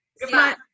Goodbye